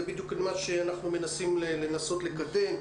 זה הנושא שאנחנו מנסים לקדם.